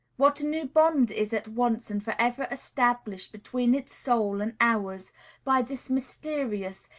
what a new bond is at once and for ever established between its soul and ours by this mysterious,